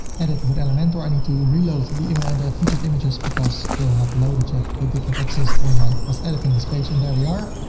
edit with elementor, i need to reload the um and featured images because they were not loaded yet, that they did not exist when i was editing this page and there they are.